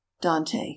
dante